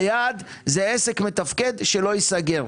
היעד זה עסק מתפקד שלא ייסגר.